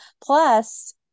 plus